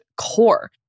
core